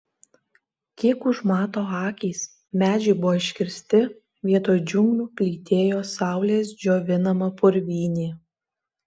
kiek užmato akys medžiai buvo iškirsti vietoj džiunglių plytėjo saulės džiovinama purvynė